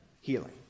healing